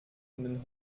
finden